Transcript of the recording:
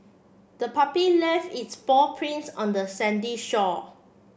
the puppy left its paw prints on the Sandy shore